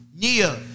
Nia